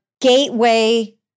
gateway